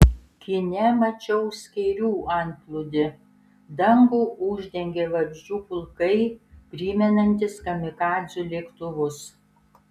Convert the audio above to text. kine mačiau skėrių antplūdį dangų uždengė vabzdžių pulkai primenantys kamikadzių lėktuvus